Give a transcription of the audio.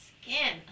skin